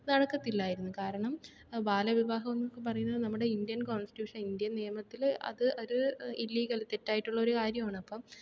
നടക്കത്തില്ലായിരുന്നു കാരണം ബാല വിവാഹം എന്നൊക്കെ പറയുന്നത് നമ്മുടെ ഇന്ത്യൻ കോൺസ്റ്റിറ്റ്യുഷൻ ഇന്ത്യൻ നിയമത്തിൽ അത് ഒരു ഇല്ലീഗൽ തെറ്റായിട്ടുള്ള ഒരു കാര്യമാണ് അപ്പം